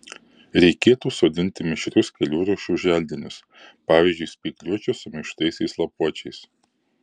reikėtų sodinti mišrius kelių rūšių želdinius pavyzdžiui spygliuočius su minkštaisiais lapuočiais